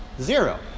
Zero